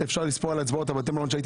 אפשר לספור על האצבעות את המקרים שהייתי